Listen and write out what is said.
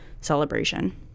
celebration